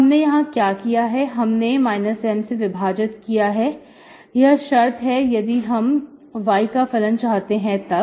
हमने यह क्या किया हमने M से विभाजित किया है यह शर्त है यदि हम y का फलन चाहते हैं तब